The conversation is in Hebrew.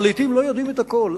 אבל לעתים לא יודעים את הכול.